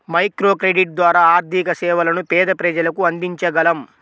microcredit ద్వారా ఆర్థిక సేవలను పేద ప్రజలకు అందించగలం